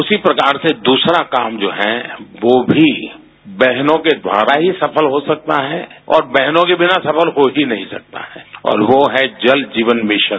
उसी प्रकार से दूसरा काम जो है वह भी बहनों के द्वारा ही सफल हो सकता है और बहनों के बिना सफल हो ही नहीं सकता और वह जल जीवन मिशन